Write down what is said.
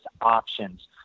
options